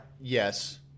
Yes